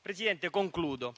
Presidente, concludo.